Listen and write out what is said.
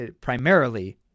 primarily